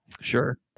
Sure